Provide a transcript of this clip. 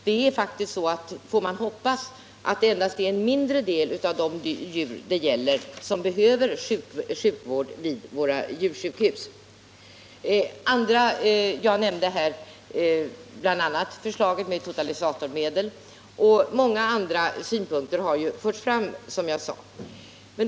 Det är faktiskt, får man hoppas, endast en mindre del av de djur det gäller som behöver sjukvård vid våra djursjukhus. Många andra synpunkter har förts fram, och jag nämnde bl.a. förslaget med totalisatormedel.